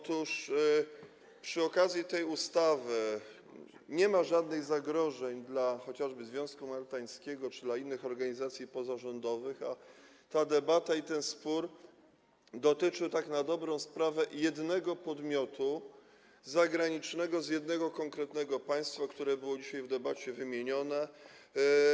Otóż przy okazji tej ustawy nie ma żadnych zagrożeń dla chociażby związku maltańskiego czy innych organizacji pozarządowych, a ta debata, ten spór dotyczy na dobrą sprawę jednego podmiotu zagranicznego z jednego konkretnego państwa, które było dzisiaj w debacie wymienione.